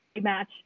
match